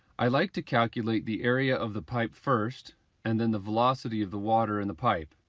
i like to calculate the area of the pipe first and then the velocity of the water in the pipe.